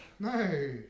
No